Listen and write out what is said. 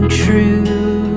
true